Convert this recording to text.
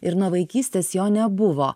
ir nuo vaikystės jo nebuvo